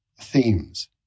themes